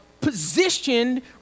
positioned